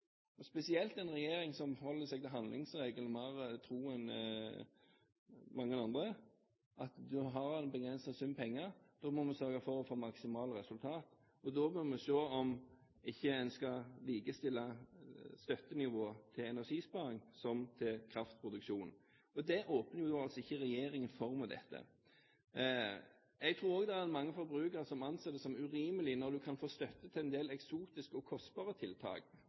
– spesielt med en regjering som forholder seg til handlingsregelen mer tro enn mange andre, at man har en begrenset sum penger – får maksimalt resultat. Da bør vi se på om man ikke skal likestille støttenivået til energisparing og kraftproduksjon. Og det åpner jo altså ikke regjeringen for med dette. Jeg tror også det er mange forbrukere som anser det som urimelig at man kan få støtte til en del eksotiske og kostbare tiltak,